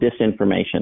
disinformation